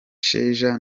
sheja